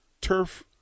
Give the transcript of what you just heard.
turf